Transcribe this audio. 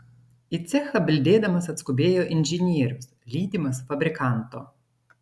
į cechą bildėdamas atskubėjo inžinierius lydimas fabrikanto